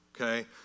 okay